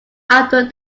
after